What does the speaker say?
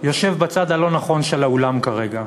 יושב בצד הלא-נכון של האולם כרגע.